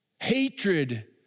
Hatred